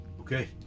Okay